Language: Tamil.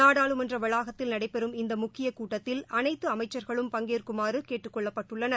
நாடாளுமன்ற வளாகத்தில் நடைபெறும் இந்த முக்கிய கூட்டத்தில் அனைத்து அமைச்சர்களும் பங்கேற்குமாறு கேட்டுக்கொள்ளப்பட்டுள்ளனர்